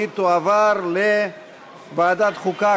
והיא תועבר לוועדת החוקה,